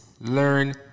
learn